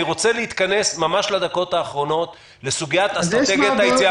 אני רוצה להתכנס בדקות האחרונות לסוגיית אסטרטגיית היציאה.